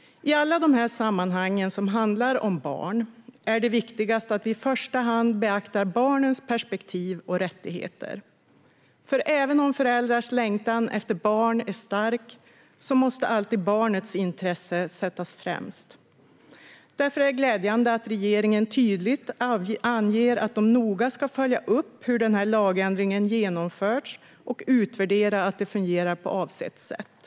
I alla dessa sammanhang som handlar om barn är det viktigast att i första hand beakta barnens perspektiv och rättigheter. Även om föräldrars längtan efter barn är stark måste alltid barnets intresse sättas främst. Därför är det glädjande att regeringen tydligt anger att man noga ska följa upp hur lagändringen genomförs och utvärdera att den fungerar på avsett sätt.